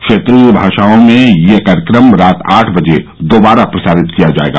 क्षेत्रीय भाषाओं में यह कार्यक्रम रात आठ बजे दोबारा प्रसारित किया जाएगा